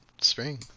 spring